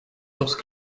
sources